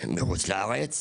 מחוץ לארץ,